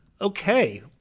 Okay